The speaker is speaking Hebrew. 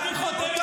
חנוך?